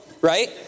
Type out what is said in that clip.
right